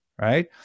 Right